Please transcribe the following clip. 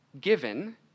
given